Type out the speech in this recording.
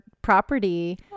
Property